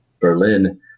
berlin